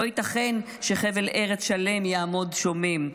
לא ייתכן שחבל ארץ שלם יעמוד שומם,